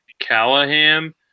Callahan